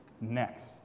next